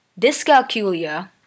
dyscalculia